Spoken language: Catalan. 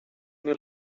mil